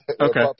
Okay